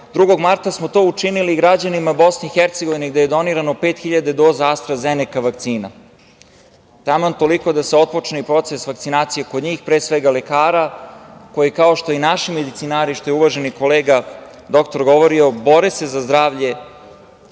2. marta smo to učinili građanima Bosne i Hercegovine, gde je donirano pet hiljada doza „Astra-Zeneka“ vakcina, taman toliko da se otpočne proces vakcinacije kod njih, pre svega lekara, koji, kao što i naši medicinari, što je uvaženi kolega doktor govorio, bore se za zdravlje